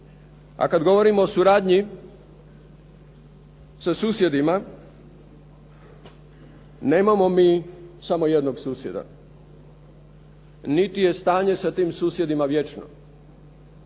A kada govorimo o suradnji sa susjedima nemamo mi samo jednog susjeda niti je stanje sa tim susjedima vječno.